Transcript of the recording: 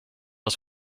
aus